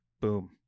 boom